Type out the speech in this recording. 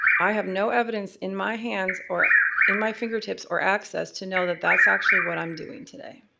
i have no evidence in my hands or in my fingertips or access to know that that's actually what i'm doing today.